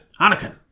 Anakin